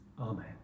Amen